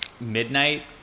midnight